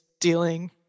dealing